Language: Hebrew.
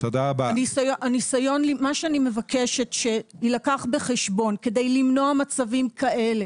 מה שאני מבקשת שיילקח בחשבון כדי למנוע מצבים כאלה,